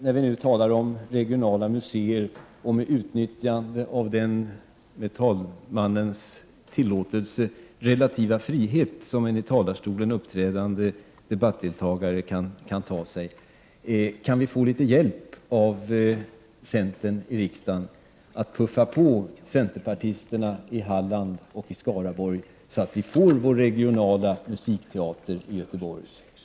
När vi nu talar om regionala museer skulle jag — med talmannens tillåtelse och med utnyttjande av den relativa frihet som en i talarstolen uppträdande debattdeltagare kan ta sig — vilja fråga om vi kan få litet hjälp från centern i riksdagen att puffa på centerpartister i Halland och Skaraborg, så att vi får en regional musikteater i Göteborg.